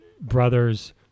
brothers